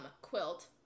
quilt